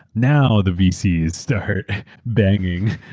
now, the vcs start banging,